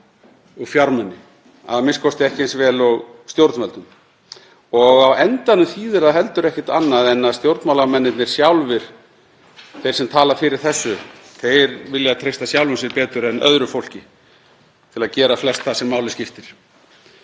og fjármuni, a.m.k. ekki eins vel og stjórnvöldum. Og á endanum þýðir það heldur ekkert annað en stjórnmálamennirnir sjálfir, þeir sem tala fyrir þessu, vilja treysta sjálfum sér betur en öðru fólki til að gera flest það sem máli skiptir.